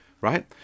right